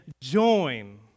join